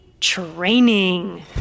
training